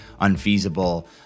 unfeasible